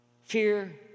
fear